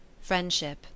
Friendship